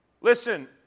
Listen